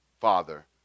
Father